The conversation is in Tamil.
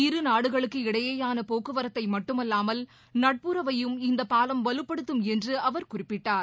இருநாடுகளுக்கு இடையேயான போக்குவரத்தை மட்டுமல்லாமல் நட்புறவையும் இந்தப் பாலம் வலுப்படுத்தும் என்று அவர் குறிப்பிட்டார்